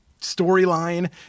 storyline